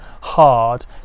hard